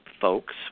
folks